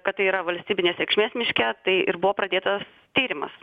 kad tai yra valstybinės reikšmės miške tai ir buvo pradėtas tyrimas